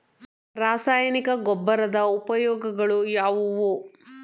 ರಾಸಾಯನಿಕ ಗೊಬ್ಬರದ ಉಪಯೋಗಗಳು ಯಾವುವು?